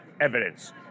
evidence